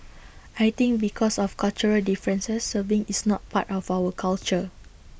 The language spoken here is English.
I think because of cultural differences serving is not part of our culture